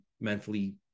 mentally